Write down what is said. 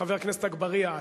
חבר הכנסת אגבאריה,